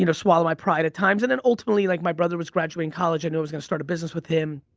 you know swallow my pride at times and then ultimately like my brother was graduating college and i was gonna start a business with him.